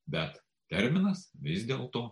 bet terminas vis dėl to